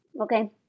Okay